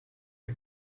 for